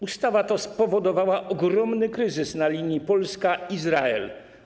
Ustawa ta spowodowała ogromny kryzys na linii Polska - Izrael.